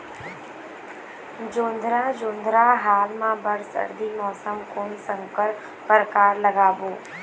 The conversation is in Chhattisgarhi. जोंधरा जोन्धरा हाल मा बर सर्दी मौसम कोन संकर परकार लगाबो?